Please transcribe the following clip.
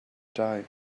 die